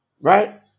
Right